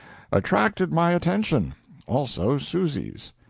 attracted my attention also susy's.